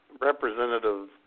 Representative